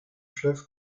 fleuve